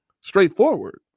straightforward